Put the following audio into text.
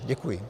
Děkuji.